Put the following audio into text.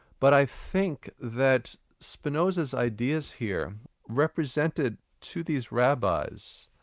but i think that spinoza's ideas here represented to these rabbis,